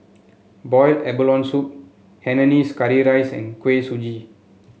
Boiled Abalone Soup Hainanese Curry Rice and Kuih Suji